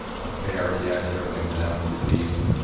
on krtx, here, things an absolute beast!